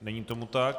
Není tomu tak.